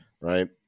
Right